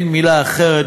אין מילה אחרת,